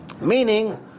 Meaning